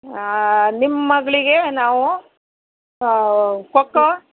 ನಿಮ್ಮ ಮಗಳಿಗೆ ನಾವು ಖೊ ಖೋ